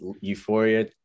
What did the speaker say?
euphoria